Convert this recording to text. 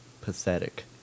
pathetic